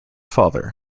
father